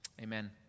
Amen